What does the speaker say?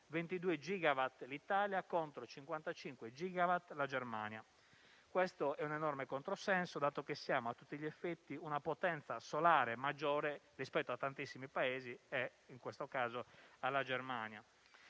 (22 gigawatt l'Italia contro i 55 gigawatt della Germania). Questo è un enorme controsenso, dato che siamo a tutti gli effetti una potenza solare maggiore rispetto a tantissimi Paesi e, in questo caso, alla Germania.